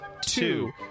two